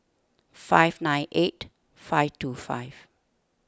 five nine eight five two five